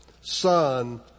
son